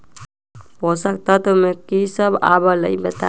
पोषक तत्व म की सब आबलई बताई?